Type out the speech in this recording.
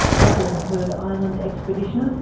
veteran heard island expeditioner,